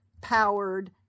powered